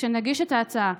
כשנגיש את ההצעה,